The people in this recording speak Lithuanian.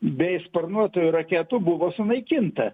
bei sparnuotųjų raketų buvo sunaikinta